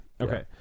Okay